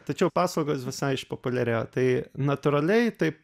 tačiau paslaugos visai išpopuliarėjo tai natūraliai taip